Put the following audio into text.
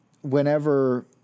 Whenever